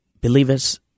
Believers